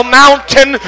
mountain